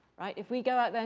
right? if we go out there